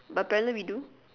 but apparently we do